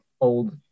old